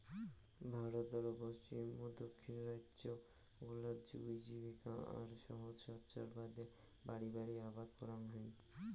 ভারতর পশ্চিম ও দক্ষিণ রাইজ্য গুলাত জুঁই জীবিকা আর সাজসজ্জার বাদে বাড়ি বাড়ি আবাদ করাং হই